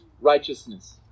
righteousness